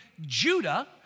Judah